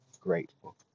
grateful